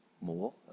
More